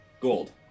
gold